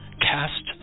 cast